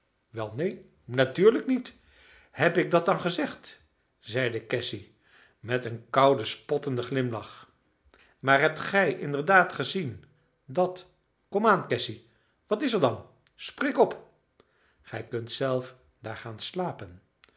wel neen natuurlijk niet heb ik dat dan gezegd zeide cassy met een kouden spottenden glimlach maar hebt gij inderdaad gezien dat kom aan cassy wat is er dan spreek op gij kunt zelf daar gaan slapen